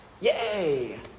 Yay